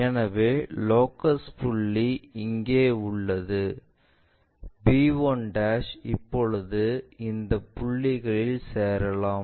எனவே லோகஸ் புள்ளி இங்கே உள்ளது b 1 இப்போது இந்த புள்ளிகளில் சேரலாம்